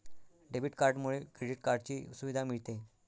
debit कार्डमुळे credit कार्डची सुविधा मिळते